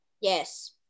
Yes